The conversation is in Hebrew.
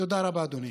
תודה רבה, אדוני.